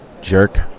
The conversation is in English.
jerk